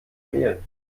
mehl